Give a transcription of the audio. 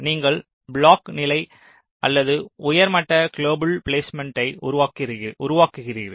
நீங்கள் பிளாக் நிலை அல்லது உயர் மட்ட குளோபல் பிலேஸ்மேன்ட்டை உருவாக்குகிறீர்கள்